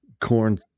corn